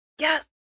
Yes